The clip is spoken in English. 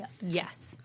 Yes